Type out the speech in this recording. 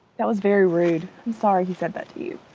that was very rude, i'm sorry. he said that to you.